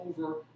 over